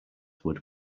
would